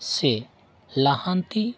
ᱥᱮ ᱞᱟᱦᱟᱱᱛᱤ